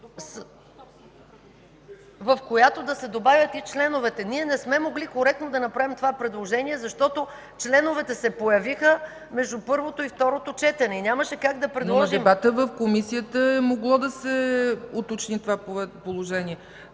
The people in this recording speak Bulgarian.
в която да се добавят и членовете. Ние не сме могли коректно да направим това предложение, защото членовете се появиха между първото и второто четене и нямаше как да предложим. ПРЕДСЕДАТЕЛ ЦЕЦКА ЦАЧЕВА: На дебата в Комисията е могло да се уточни това положение.